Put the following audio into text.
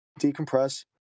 decompress